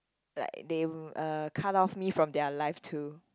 like they uh cut off me from their life too